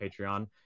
patreon